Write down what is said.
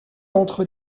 entre